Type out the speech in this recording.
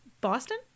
Boston